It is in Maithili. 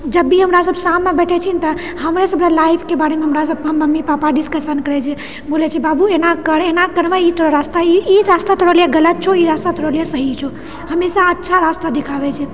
जबभी हमरासब शाममे बैठेछी तऽ हमरे सबके लाइफके बारेमे हमरासब मम्मी पापा डिस्कशन करैछिए बोलैछे बाबु एना कर एना करबै तऽ रास्ता ई रास्ता तोरा लिए गलत छौ ई रास्ता तोरा लिए सही छौ हमेशा अच्छा रास्ता दिखाबए छै